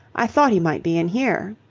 i thought he might be in here.